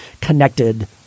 connected